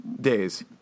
days